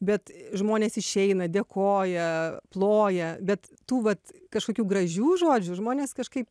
bet žmonės išeina dėkoja ploja bet tų vat kažkokių gražių žodžių žmonės kažkaip